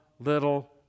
little